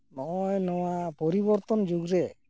ᱱᱚᱜᱼᱚᱭ ᱱᱚᱣᱟ ᱯᱚᱨᱤᱵᱚᱨᱛᱚᱱ ᱡᱩᱜᱽᱨᱮ